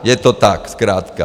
Je to tak zkrátka.